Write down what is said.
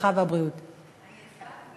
הרווחה והבריאות נתקבלה.